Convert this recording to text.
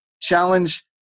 challenge